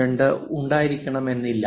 02 ഉണ്ടായിരിക്കണമെന്നില്ല